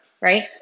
right